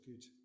good